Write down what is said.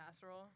casserole